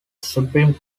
supreme